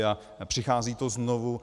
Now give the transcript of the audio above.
A přichází to znovu.